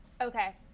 okay